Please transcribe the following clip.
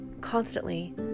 constantly